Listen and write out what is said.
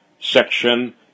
section